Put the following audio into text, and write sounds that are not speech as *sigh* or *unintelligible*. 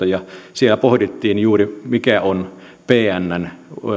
*unintelligible* ja puoleenväliin kaksituhattaviisitoista siellä pohdittiin juuri mikä on pnn